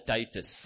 Titus